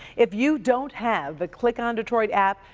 if you don't have the click on detroit app,